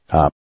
up